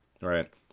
right